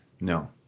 No